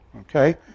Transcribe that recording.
Okay